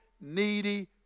needy